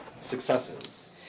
successes